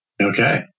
Okay